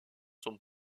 son